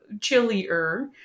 chillier